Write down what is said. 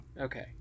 Okay